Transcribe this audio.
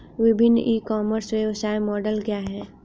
विभिन्न e commerce व्यवसाय model क्या हैं?